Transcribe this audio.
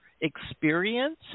experience